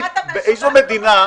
באת מהשב"כ.